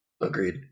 agreed